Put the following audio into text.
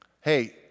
Hey